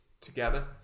together